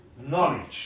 knowledge